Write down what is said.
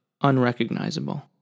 unrecognizable